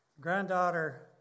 granddaughter